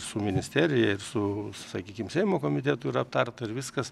su ministerija ir su sakykim seimo komitetu yra aptarta ir viskas